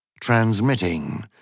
Transmitting